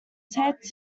tape